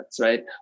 right